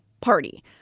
party